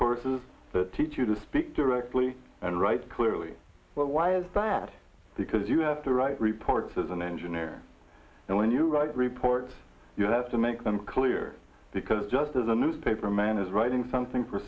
courses that teach you to speak directly and write clearly well why is that because you have to write reports as an engineer and when you write reports you have to make them clear because just as a newspaperman is writing something for